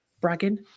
bragging